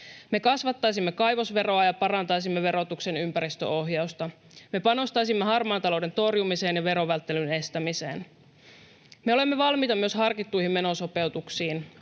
Me kasvattaisimme kaivosveroa ja parantaisimme verotuksen ympäristöohjausta. Me panostaisimme harmaan talouden torjumiseen ja verovälttelyn estämiseen. Me olemme valmiita myös harkittuihin menosopeutuksiin.